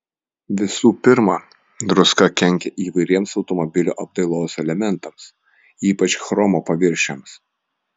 visų pirma druska kenkia įvairiems automobilio apdailos elementams ypač chromo paviršiams